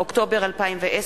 אוקטובר 2010,